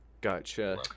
Gotcha